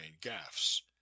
gaffs